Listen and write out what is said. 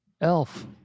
elf